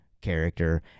character